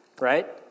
Right